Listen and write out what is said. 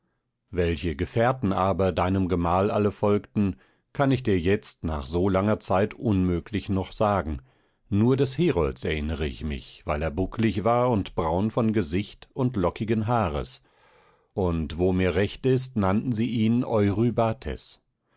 welche gefährten aber deinem gemahl alle folgten kann ich dir jetzt nach so langer zeit unmöglich noch sagen nur des herolds erinnere ich mich weil er bucklig war und braun von gesicht und lockigen haares und wo mir recht ist nannten sie ihn